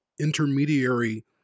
Intermediary